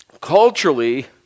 culturally